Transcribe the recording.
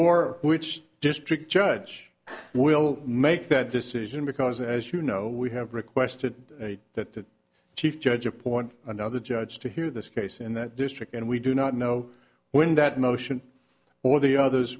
nor which district judge will make that decision because as you know we have requested that the chief judge appoint another judge to hear this case in that district and we do not know when that motion or the others